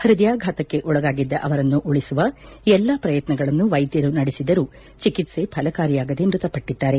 ಪ್ಪದಯಾಘಾತಕ್ಕೆ ಒಳಗಾಗಿದ್ದ ಅವರನ್ನು ಉಳಿಸುವ ಎಲ್ಲಾ ಪ್ರಯತ್ನಗಳನ್ನು ವೈದ್ದರು ನಡೆಸಿದರೂ ಚಿಕಿತ್ಸ ಫಲಕಾರಿಯಾಗದೆ ಮೃತಪಟ್ಟಿದ್ದಾರೆ